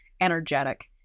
energetic